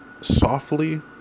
softly